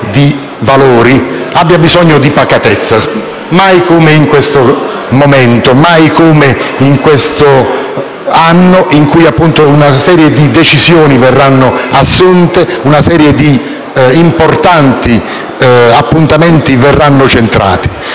di valori, abbia bisogno di pacatezza, mai come in questo momento, mai come in questo anno in cui una serie di decisioni verranno assunte, una serie di importanti appuntamenti verranno centrati.